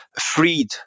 freed